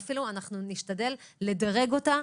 ואנחנו אפילו נשתדל לדרג אותה,